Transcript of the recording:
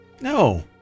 no